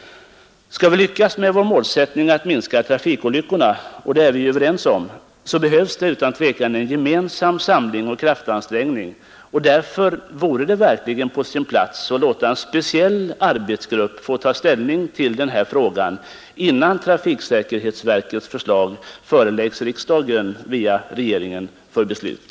Skall vi lyckas med vår målsättning att minska antalet trafikolyckor — och den är vi överens om — så behövs utan tvekan en gemensam samling och kraftansträngning. Därför vore det verkligen på sin plats att låta en speciell arbetsgrupp få ta ställning till denna fråga innan trafiksäkerhetsverkets förslag föreläggs riksdagen för beslut.